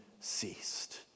ceased